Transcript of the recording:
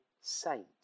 saint